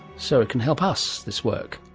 so it can help us, this work.